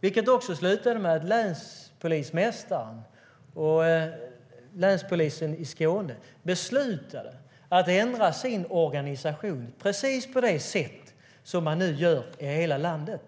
Det hela slutade med att länspolismästaren och länspolisen i Skåne beslutade att ändra sin organisation precis på det sätt som man nu gör i hela landet.